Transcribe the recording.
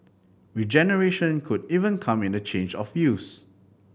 regeneration could even come in a change of use